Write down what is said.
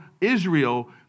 Israel